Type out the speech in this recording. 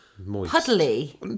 Puddly